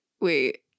wait